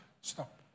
stop